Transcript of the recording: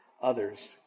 others